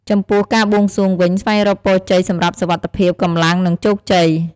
ចំពោះ ការបួងសួងវិញ ស្វែងរកពរជ័យសម្រាប់សុវត្ថិភាព កម្លាំង និងជោគជ័យ។